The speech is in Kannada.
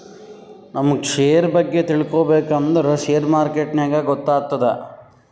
ನಮುಗ್ ಶೇರ್ ಬಗ್ಗೆ ತಿಳ್ಕೋಬೇಕ್ ಅಂದುರ್ ಶೇರ್ ಮಾರ್ಕೆಟ್ನಾಗೆ ಗೊತ್ತಾತ್ತುದ